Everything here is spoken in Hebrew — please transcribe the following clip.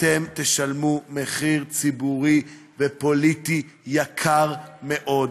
אתם תשלמו מחיר ציבורי ופוליטי גבוה מאוד,